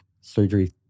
surgery